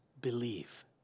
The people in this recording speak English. believe